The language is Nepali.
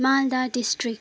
मालदा डिस्ट्रिक्ट